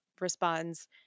responds